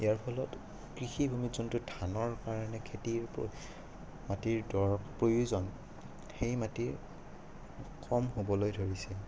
ইয়াৰ ফলত কৃষিভূমিত যোনটো ধানৰ কাৰণে খেতি মাটিৰ দ প্ৰয়োজন সেই মাটিৰ কম হ'বলৈ ধৰিছে